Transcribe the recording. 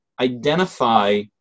identify